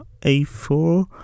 A4